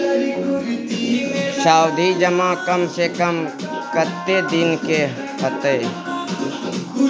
सावधि जमा कम से कम कत्ते दिन के हते?